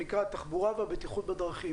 הוא נקרא התחבורה והבטיחות בדרכים